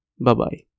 Bye-bye